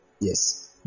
yes